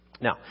Now